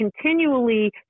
continually